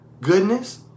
goodness